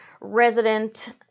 resident